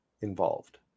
involved